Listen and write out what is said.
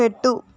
పెట్టు